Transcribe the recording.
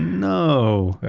no!